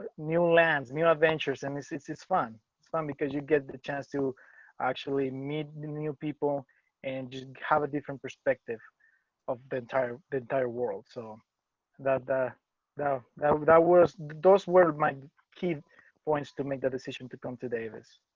new lands and new adventures and it's it's it's fun. it's fun because you get the chance to actually meet new people and have a different perspective of the entire the entire world so that though though that was. those were my key points to make the decision to come to davis.